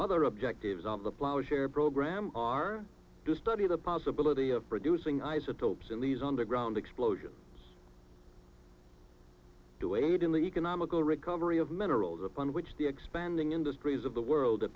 other objectives on the flour share program are to study the possibility of producing isotopes in these underground explosions to aid in the economical recovery of minerals upon which the expanding industries of the world a